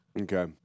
Okay